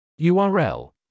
URL